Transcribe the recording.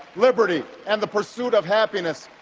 liberty, and the pursuit of happiness.